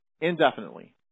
indefinitely